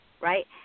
right